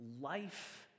life